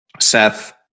Seth